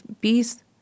peace